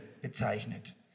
bezeichnet